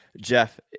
Jeff